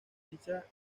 dicha